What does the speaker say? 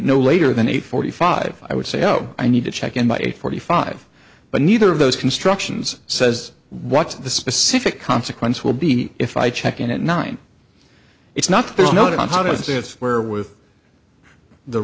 no later than eight forty five i would say oh i need to check in by eight forty five but neither of those constructions says what the specific consequence will be if i check in at nine it's not there's no doubt on how does it where with the